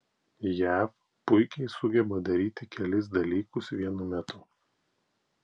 jav puikiai sugeba daryti kelis dalykus vienu metu